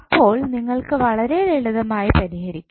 അപ്പോൾ നിങ്ങൾക്ക് വളരെ ലളിതമായി പരിഹരിക്കാം